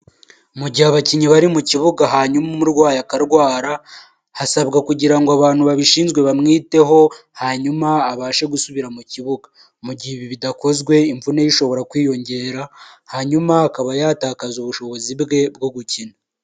Mu gihe abakinnyi bari mu kibuga hanyuma umurwayi akarwara, hasabwa kugirango abantu babishinzwe bamwiteho hanyuma abashe gusubira mu kibuga, mu gihe bidakozwe imvune ye ishobora kwiyongera hanyuma akaba yatakaza ubushobozi bwe bwo gukina.